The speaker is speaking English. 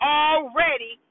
already